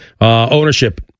Ownership